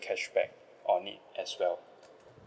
cashback on need as well